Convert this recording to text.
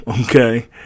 okay